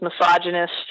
misogynist